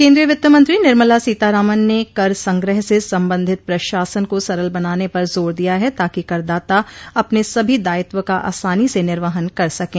केन्द्रीय वित्तमंत्री निर्मला सीतारामन ने कर संग्रह से संबंधित प्रशासन को सरल बनाने पर जोर दिया है ताकि करदाता अपने सभी दायित्व का आसानी से निर्वहन कर सकें